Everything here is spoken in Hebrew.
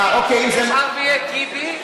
יש ערביי טיבי,